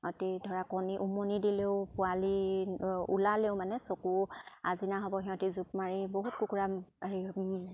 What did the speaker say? সিহঁতি ধৰা কণী উমনি দিলেও পোৱালি ওলালেও মানে চকু আজিনা হ'ব সিহঁতি জুপ মাৰি বহুত কুকুৰা হেৰি